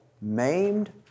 maimed